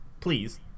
Please